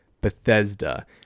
bethesda